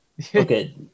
Okay